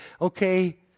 okay